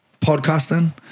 podcasting